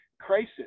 crisis